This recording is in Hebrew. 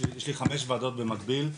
יש לי חמש וועדות במקביל,